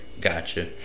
gotcha